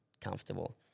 comfortable